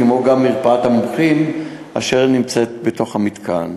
כמו מרפאת המומחים אשר נמצאת בתוך המתקן.